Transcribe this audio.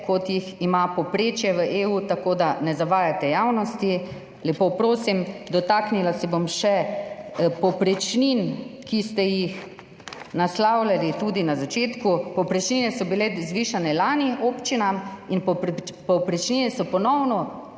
kot je povprečje v EU, tako da ne zavajajte javnosti, lepo prosim. Dotaknila se bom še povprečnin, ki ste jih naslavljali tudi na začetku. Povprečnine so bile občinam zvišane lani in povprečnine so ponovno